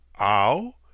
Ow